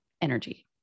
energy